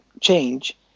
change